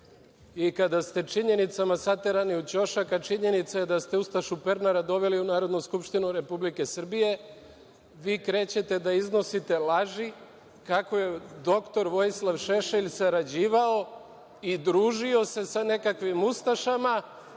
Kada ste činjenicama saterani u ćošak, a činjenica je da ste ustašu Pernara doveli u Narodnu skupštinu Republike Srbije, vi krećete da iznosite laži kako je dr Vojislav Šešelj sarađivao i družio se sa nekakvim ustašama.